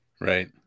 Right